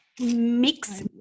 mix